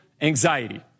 anxiety